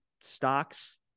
stocks